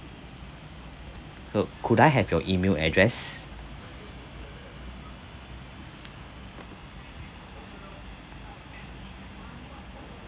cou~ could I have your email address